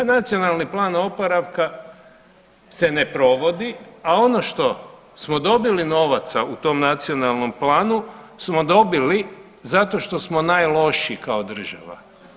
Nacionalni plan oporavka se ne provodi, a ono što smo dobili novaca u tom nacionalnom planu smo dobili zato što smo najlošiji kao država.